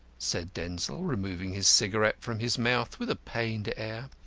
said denzil, removing his cigarette from his mouth with a pained air,